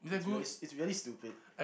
it's really it's really stupid